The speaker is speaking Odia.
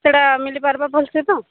ସେଟା ମିଲିପାର୍ବା ଭଲ୍ସେ ତ